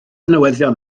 newyddion